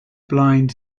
blind